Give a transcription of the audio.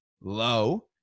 Low